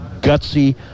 gutsy